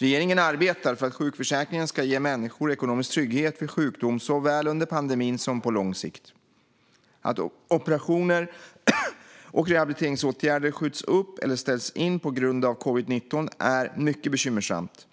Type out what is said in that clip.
Regeringen arbetar för att sjukförsäkringen ska ge människor ekonomisk trygghet vid sjukdom såväl under pandemin som på lång sikt. Att operationer och rehabiliteringsåtgärder skjuts upp eller ställs in på grund av covid-19 är mycket bekymmersamt,